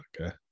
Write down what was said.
okay